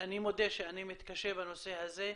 אני מודה שאני מתקשה בנושא הזה,